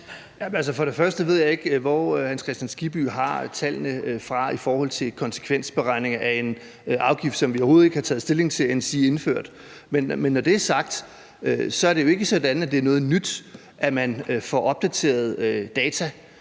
og fremmest ved jeg ikke, hvor hr. Hans Kristian Skibby har tallene fra. Det er konsekvensberegninger af en afgift, som vi overhovedet ikke har taget stilling til endsige indført. Når det er sagt, er det jo ikke sådan, at det er noget nyt, at man får opdateret data